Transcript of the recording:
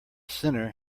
sinner